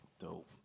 dope